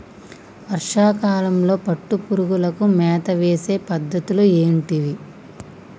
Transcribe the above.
వర్షా కాలంలో పట్టు పురుగులకు మేత వేసే పద్ధతులు ఏంటివి?